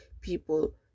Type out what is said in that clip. people